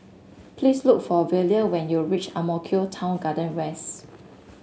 please look for Velia when you reach Ang Mo Kio Town Garden West